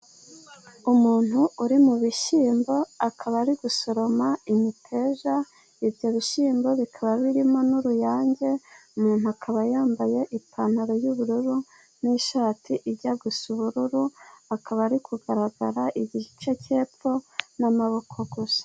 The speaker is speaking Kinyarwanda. Umuntu uri mu bishyimbo akaba ari gusoroma imiteja, ibyo bishyimbo bikaba birimo n'uruyange, umuntu akaba yambaye ipantaro y'ubururu n'ishati ijya gusa n'ubururu, akaba ari kugaragara igice cy'epfo n'amaboko gusa.